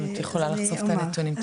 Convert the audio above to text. אם את יכולה לחשוף את הנתונים.